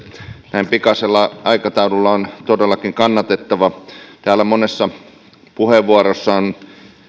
näin pikaisella aikataululla on todellakin kannatettava täällä monessa puheenvuorossa on